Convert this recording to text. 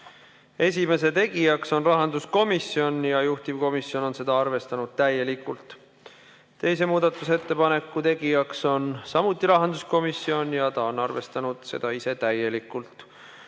Esimese tegija on rahanduskomisjon ja juhtivkomisjon on seda arvestanud täielikult. Teise muudatusettepaneku tegija on samuti rahanduskomisjon ja ta on arvestanud seda täielikult.